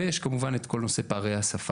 בנוסף, יש כמובן את כל הנושא של פערי השפה.